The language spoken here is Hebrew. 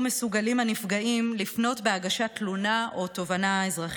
מסוגלים הנפגעים לפנות בהגשת תלונה או תובענה אזרחית.